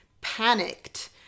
panicked